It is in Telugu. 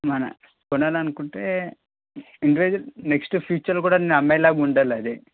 మన కొనాలనుకుంటే ఇండివిడ్యువల్ నెక్స్ట్ ఫ్యూచర్లో కూడా నేను అమ్మేలాగా ఉండాలది